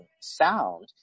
sound